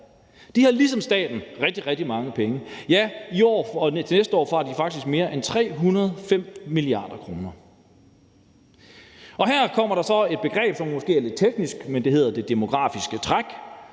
De har ligesom staten rigtig, rigtig mange penge. I år og til næste år har de faktisk mere end 305 mia. kr. Og her kommer der så et begreb, der måske er lidt teknisk, men det hedder det demografiske træk,